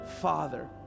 father